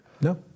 No